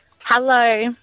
Hello